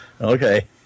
Okay